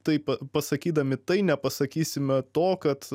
taip pasakydami tai nepasakysime to kad